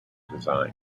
design